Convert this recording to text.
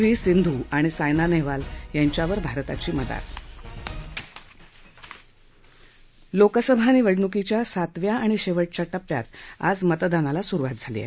V Sindhu आणि सायना नेहवाल यांच्यावर भारताची मदार लोकसभा निवडणुकीच्या सातव्या आणि शेवटच्या टप्प्यात आज मतदानाला सुरुवात झाली आहे